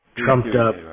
trumped-up